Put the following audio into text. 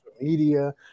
media